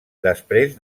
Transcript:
després